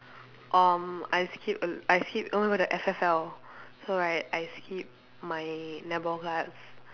um I skip a l~ I skip oh you know the F_F_L so right I skip my netball class